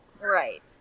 right